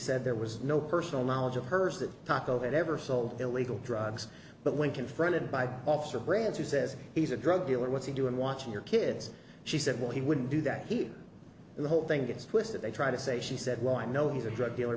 said there was no personal knowledge of hers that talk of it ever sold illegal drugs but when confronted by officer brands he says he's a drug dealer what's he doing watching your kids she said well he wouldn't do that he the whole thing gets twisted they try to say she said well i know he's a drug dealer